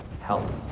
health